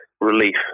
relief